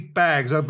bags